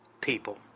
people